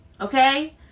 Okay